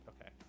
Okay